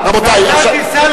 ואתה תיסע,